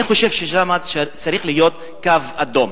אני חושב ששם צריך להיות קו אדום.